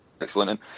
excellent